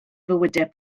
fywydau